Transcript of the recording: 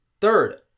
Third